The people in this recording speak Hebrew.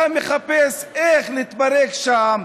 אתה מחפש איך להתברג שם.